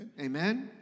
Amen